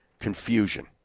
confusion